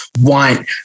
want